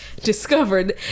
discovered